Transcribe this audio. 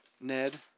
Ned